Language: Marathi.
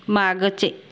मागचे